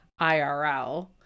IRL